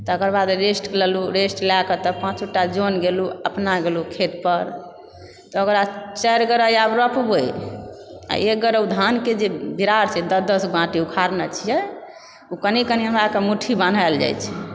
तकर बाद रेस्ट लेलु रेस्ट लयके तब पाँचोटा जन गेलुँ अपना गेलुँ खेत पर तऽ ओकरा चारि गोरा आब रोपबै एक गरौ धानके जे बिरार छै दस दस आँटी उखाड़ने छियै ओ कनि कनि हमरा अरके मुट्ठी बनायल जाइत छै